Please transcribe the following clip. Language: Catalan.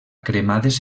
cremades